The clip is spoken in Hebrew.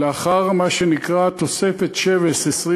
ולאחר מה שנקרא "תוספת שבס",